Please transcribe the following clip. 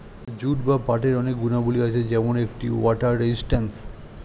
jute বা পাটের অনেক গুণাবলী আছে যেমন এটি ওয়াটার রেজিস্ট্যান্স